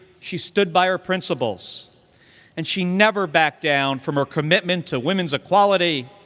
she stood by her principles and she never backed down from her commitment to women's equality,